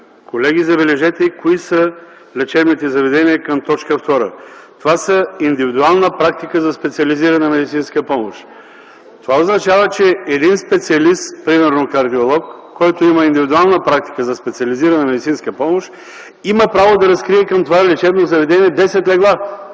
Колеги, забележете кои са лечебните заведения към т. 2. Това са индивидуална практика на специализирана медицинска помощ. Това означава, че един специалист примерно кардиолог, който има индивидуална практика на специализирана медицинска помощ, има право да разкрие към това лечебно заведение десет легла.